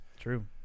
True